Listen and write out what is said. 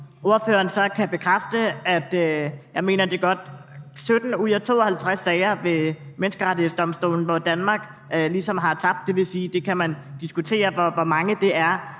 det er, mener jeg, godt 17 ud af 52 sager ved Menneskerettighedsdomstolen, hvor Danmark ligesom har tabt. Det vil sige, at man kan diskutere, hvor mange det er,